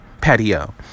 patio